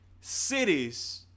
cities